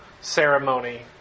ceremony